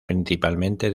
principalmente